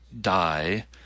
die